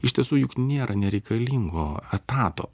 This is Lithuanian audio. iš tiesų juk nėra nereikalingo etato